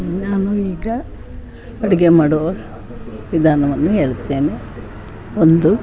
ನಾನು ಈಗ ಅಡುಗೆ ಮಾಡುವ ವಿಧಾನವನ್ನು ಹೇಳುತ್ತೇನೆ ಒಂದು